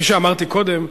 כפי שאמרתי קודם,